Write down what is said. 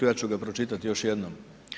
Ja ću ga pročitati još jednom.